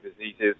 diseases